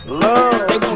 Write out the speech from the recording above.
love